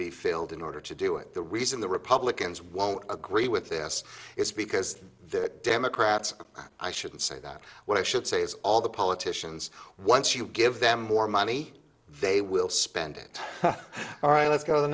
be filled in order to do it the reason the republicans won't agree with this is because the democrats i should say that what i should say is all the politicians once you give them more money they will spend it all right let's go to the